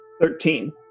Thirteen